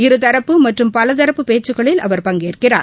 இருதரப்பு மற்றும் பலதரப்பு பேச்சுகளில் அவர் பங்கேற்கிறார்